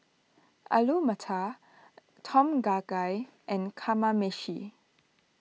Alu Matar Tom Kha Gai and Kamameshi